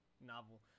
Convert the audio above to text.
novel